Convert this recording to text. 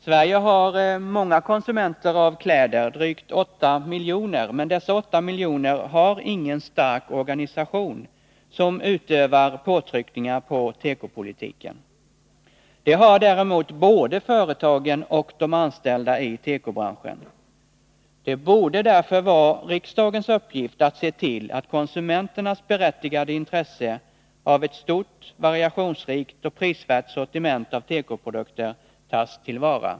Sverige har många konsumenter av kläder — drygt 8 miljoner — men dessa 8 miljoner har ingen stark organisation som utövar påtryckningar på tekopolitiken. Det 13 har däremot både företagen och de anställda i tekobranschen. Det borde därför vara riksdagens uppgift att se till att konsumenternas berättigade intresse av ett stort, variationsrikt och prisvärt sortiment av tekoprodukter tas till vara.